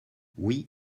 oui